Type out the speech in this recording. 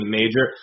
major